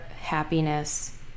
happiness